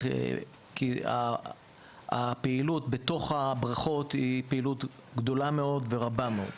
כי הפעילות בתוך הבריכות היא פעילות גדולה מאוד ורבה מאוד.